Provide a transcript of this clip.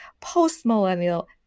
post-millennial